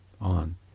on